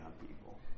people